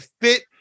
fit